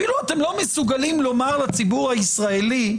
אפילו אתם לא מסוגלים לומר לציבור הישראלי,